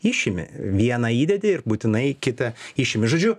išimi vieną įdedi ir būtinai kitą išimi žodžiu